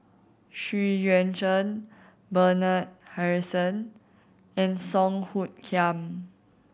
Xu Yuan Zhen Bernard Harrison and Song Hoot Kiam